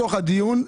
מתוך הדיון,